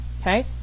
okay